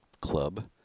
Club